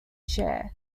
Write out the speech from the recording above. share